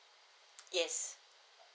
yes